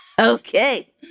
Okay